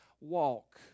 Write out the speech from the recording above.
walk